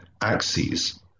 axes